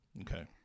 Okay